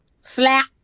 Slap